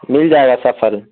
مل جائے گا سب پھل